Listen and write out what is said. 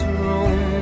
room